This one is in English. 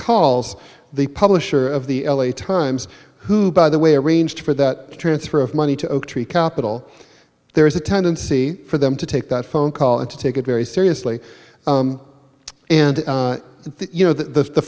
calls the publisher of the l a times who by the way arranged for that transfer of money to oak tree capital there is a tendency for them to take that phone call and to take it very seriously and you know the